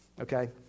Okay